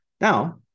Now